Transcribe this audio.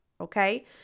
Okay